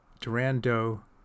Durando